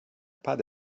pas